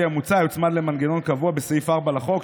המוצע יוצמד למנגנון קבוע בסעיף 4 לחוק,